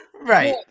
right